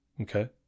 Okay